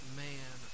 man